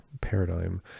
paradigm